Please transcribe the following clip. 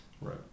Right